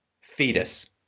fetus